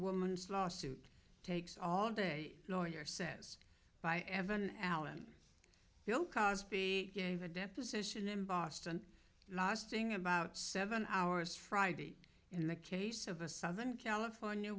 woman's lawsuit takes all day lawyer says by evan allen bill cosby gave a deposition in boston lasting about seven hours friday in the case of a southern california